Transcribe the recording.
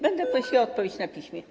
Będę prosiła o odpowiedź na piśmie.